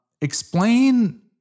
explain